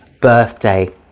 birthday